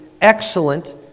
excellent